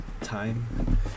time